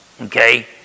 okay